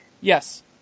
Yes